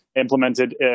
implemented